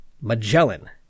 Magellan